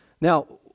Now